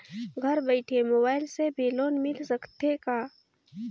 घर बइठे मोबाईल से भी लोन मिल सकथे का?